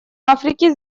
африки